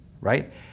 right